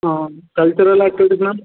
cultural activities ma'am